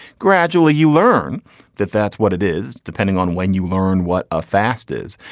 gradually you learn that that's what it is depending on when you learn what a fast is.